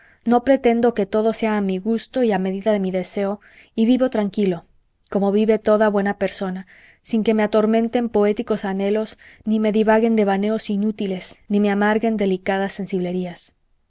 no pretendo que todo sea a mi gusto y a medida de mi deseo y vivo tranquilo como vive toda buena persona sin que me atormenten poéticos anhelos ni me divaguen devaneos inútiles ni me amarguen delicadas sensiblerías